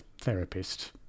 therapist